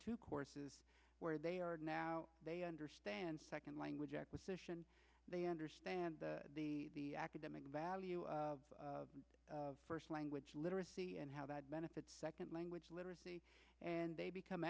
two courses where they are now they understand second language acquisition they understand the academic value of first language literacy and how that benefits second language literacy and they become